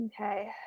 Okay